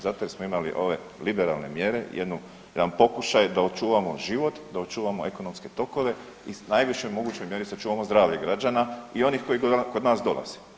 Zato jer smo imali ove liberalne mjere, jedan pokušaj da očuvamo život, da očuvamo ekonomske tokove i u najvišoj mogućoj mjeri sačuvamo zdravlje građana i onih koji kod nas dolaze.